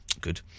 Good